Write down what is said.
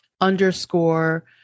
underscore